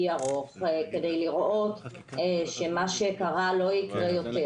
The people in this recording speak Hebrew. ארוך כדי לראות שמה שקרה לא יקרה יותר.